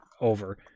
over